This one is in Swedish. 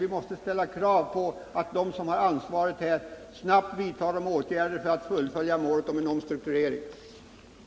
Vi måste ställa krav på dem som har ansvaret att snabbt vidta åtgärder för att nå målet om en omstrukturering och eftersträvad lönsamhet.